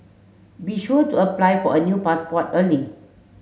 be sure to apply for a new passport early